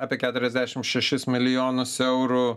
apie keturiasdešimt šešis milijonus eurų